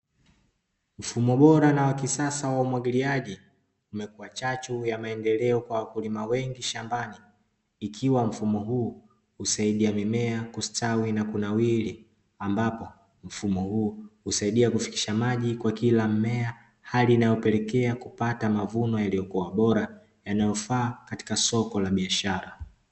mfumo bora na wakisasa wa umwagiliaji umekua chachu ya maendeleo ya wakulima wengi mashambani ikiwa mfumo huu husaidia mimea kustawi na kunawiri, ambapo mfumo huu husaidia kufikisha maji kwa kila mmea hali inayopelekea kupata mavuno yaliyo bora yanayofaa katika soko la biashara.